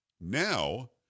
now